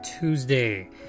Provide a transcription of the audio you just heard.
Tuesday